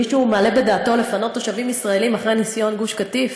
מישהו מעלה בדעתו לפנות תושבים ישראלים אחרי ניסיון גוש-קטיף?